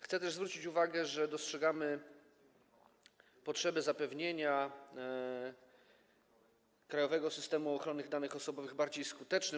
Chcę też zwrócić uwagę, że dostrzegamy potrzebę uczynienia krajowego systemu ochrony danych osobowych bardziej skutecznym.